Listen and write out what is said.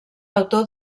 autor